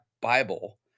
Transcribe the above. Bible